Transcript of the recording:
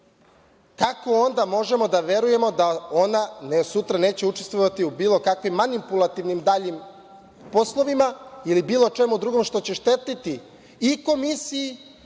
kako onda možemo da verujemo da sutra neće učestvovati u bilo kakvim manipulativnim daljim poslovima ili bilo čemu drugom što će štetiti i komisiji